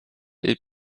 est